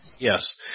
Yes